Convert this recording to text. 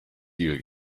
ihr